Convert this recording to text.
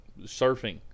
surfing